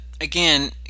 again